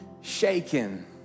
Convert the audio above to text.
shaken